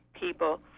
people